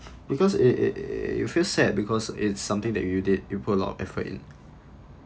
because it it it feels sad because it's something that you did you put a lot of effort in